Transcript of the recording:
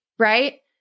right